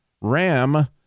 RAM